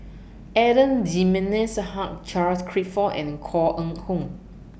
Adan Jimenez Hugh Charles Clifford and Koh Eng Hoon